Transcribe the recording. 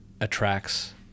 attracts